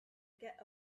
get